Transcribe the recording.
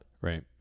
Right